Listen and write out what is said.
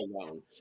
alone